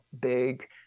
big